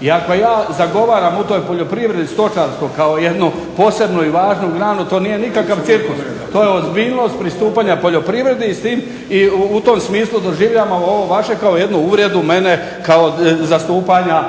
I ako ja zagovaram u toj poljoprivredi stočarstvo kao jednu posebnu i važnu granu to nije nikakav cirkus. To je ozbiljnost pristupanja poljoprivredi i u tom smislu doživljavamo ovo vaše kao jednu uvredu mene kao zastupanja